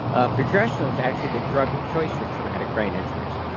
ah progesterone is actually the drug of choice for traumatic brain injuries,